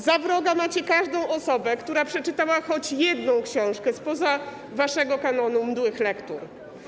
Za wroga macie każdą osobę, która przeczytała choć jedną książkę spoza waszego kanonu mdłych lektur.